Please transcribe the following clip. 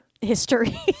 history